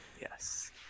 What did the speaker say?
yes